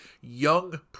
young